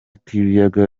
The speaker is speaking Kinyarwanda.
k’ibiyaga